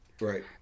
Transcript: Right